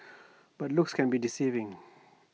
but looks can be deceiving